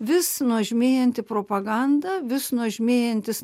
vis nuožmėjanti propaganda vis nuožmėjantis